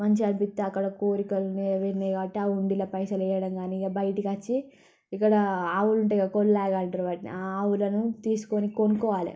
మంచిగా అనిపిస్తే అక్కడ కోరికలు నేరివేరాయి కాబట్టి ఆ హుండీలో పైసలు వేయడం కానీ ఇక బయటకి వచ్చి ఇక్కడ ఆవులు ఉంటాయి కదా కోల్లాగ అంటారు వాటిని ఆవులను తీసుకొని కొనుక్కోవాలి